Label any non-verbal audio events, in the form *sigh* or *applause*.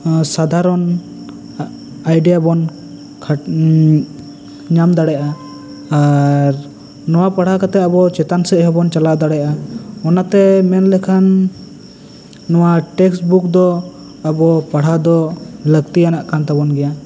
ᱥᱟᱫᱷᱟᱨᱚᱱ ᱟᱭᱰᱤᱭᱟ ᱵᱚᱱ *unintelligible* ᱧᱟᱢ ᱫᱟᱲᱮᱭᱟᱜᱼᱟ ᱟᱨ ᱱᱚᱣᱟ ᱯᱟᱲᱦᱟᱣ ᱠᱟᱛᱮ ᱟᱵᱚ ᱪᱮᱛᱟᱱ ᱥᱮᱫ ᱦᱚᱸ ᱵᱚᱱ ᱪᱟᱞᱟᱣ ᱫᱟᱲᱮᱭᱟᱜᱼᱟ ᱚᱱᱟ ᱛᱮ ᱢᱮᱱᱞᱮᱠᱷᱟᱱ ᱱᱚᱣᱟ ᱴᱮᱠᱥᱴ ᱵᱩᱠ ᱫᱚ ᱟᱵᱚ ᱯᱟᱲᱦᱟᱣ ᱫᱚ ᱞᱟᱹᱠᱛᱤᱭᱟᱱᱟᱜ ᱠᱟᱱ ᱛᱟᱵᱚᱱ ᱜᱮᱭᱟ